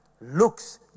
looks